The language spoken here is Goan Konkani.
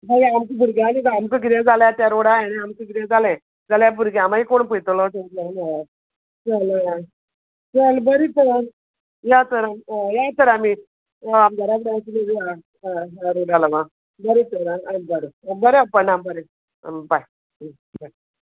हय आमचीं भुरगीं आया न्ही गो आमकां कितेॆ जालें ते रोडा हें आमकां किदें जालें जाल्या भुरग्यां माय कोण पळयतलो जाल्या चल बरें चल या तर हय या तर आमी अ आमदाराक मातशें मेळुया अय ह्या रोडा लागून बरें तर आ आ बरें आ बरें अपर्णा बरें बाय बाय